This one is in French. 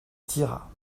tira